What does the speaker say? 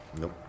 Nope